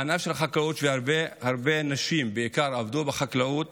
ענף החקלאות, הרבה הרבה נשים שעבדו בעיקר בחקלאות,